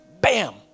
bam